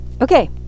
Okay